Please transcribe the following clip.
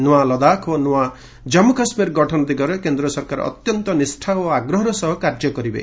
ନୂଆ ଲଦାଖ୍ ଓ ନୂଆ କମ୍ମୁ କାଶ୍ମୀର ଗଠନ ଦିଗରେ କେନ୍ଦ୍ର ସରକାର ଅତ୍ୟନ୍ତ ନିଷ୍ଠା ଓ ଆଗ୍ରହର ସହ କାର୍ଯ୍ୟ କରିବେ